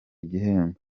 igihembo